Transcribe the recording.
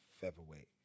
featherweight